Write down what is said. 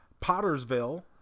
Pottersville